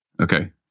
Okay